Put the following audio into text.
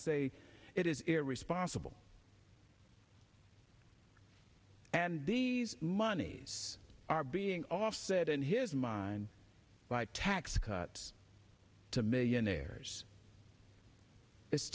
say it is irresponsible and these monies are being offset in his mind by tax cuts to millionaires i